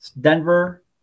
Denver